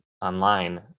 online